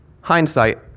hindsight